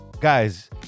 Guys